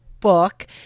book